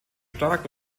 stark